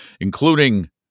including